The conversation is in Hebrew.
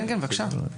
כן, בבקשה.